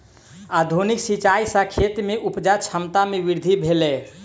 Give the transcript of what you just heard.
आधुनिक सिचाई सॅ खेत में उपजा क्षमता में वृद्धि भेलै